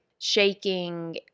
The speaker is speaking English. shaking